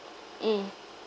mm